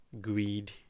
greed